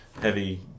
heavy